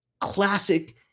classic